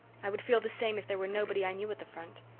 i would feel the same if there were nobody i knew at the front.